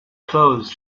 close